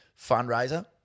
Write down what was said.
fundraiser